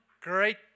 Great